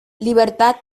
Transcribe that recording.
libertad